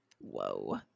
whoa